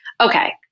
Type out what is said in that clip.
Okay